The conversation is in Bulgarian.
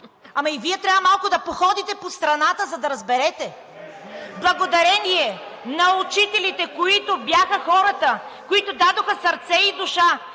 ама и Вие трябва малко да походите по страната, за да разберете. Благодарение на учителите, които бяха хората, които дадоха сърце и душа,